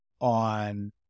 on